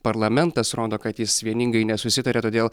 parlamentas rodo kad jis vieningai nesusitaria todėl